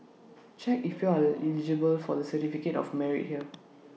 check if you are eligible for the certificate of merit here